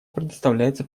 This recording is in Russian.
предоставляется